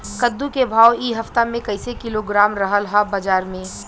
कद्दू के भाव इ हफ्ता मे कइसे किलोग्राम रहल ह बाज़ार मे?